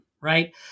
right